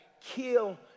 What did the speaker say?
kill